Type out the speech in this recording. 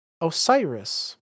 Osiris